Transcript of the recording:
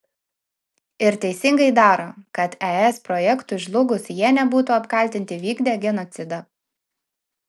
ir teisingai daro kad es projektui žlugus jie nebūtų apkaltinti vykdę genocidą